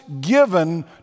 given